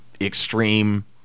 extreme